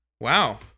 Wow